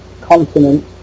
continent